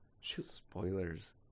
Spoilers